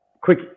quick